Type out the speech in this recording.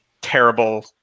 terrible